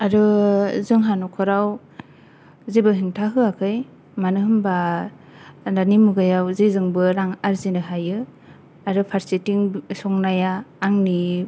आरो जोंहा न'खराव जेबो हेंथा होयाखै मानो होमबा दानि मुगायाव जेजोंबो रां आरजिनो हायो आरो फारसेथिं संनाया आंनि